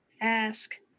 ask